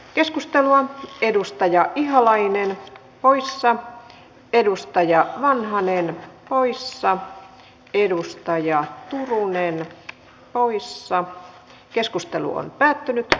keskustelua edustaja ihalainen voi sään edustaja on hannele poissa edustaja turtuneena poissa keskustelu ei jatkunut